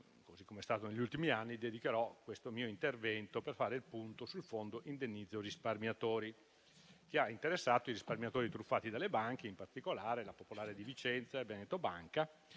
così come è stato negli ultimi anni, dedicherò questo mio intervento per fare il punto sul fondo indennizzo risparmiatori, che ha interessato i risparmiatori truffati dalle banche, in particolare Banca Popolare di Vicenza e Veneto Banca,